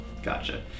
Gotcha